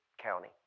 county